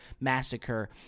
Massacre